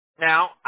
Now